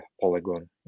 polygon